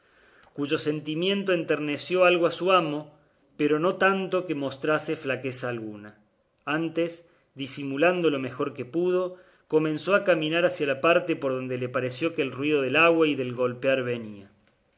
cuyo sentimiento enterneció algo a su amo pero no tanto que mostrase flaqueza alguna antes disimulando lo mejor que pudo comenzó a caminar hacia la parte por donde le pareció que el ruido del agua y del golpear venía